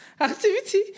activity